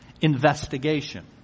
investigation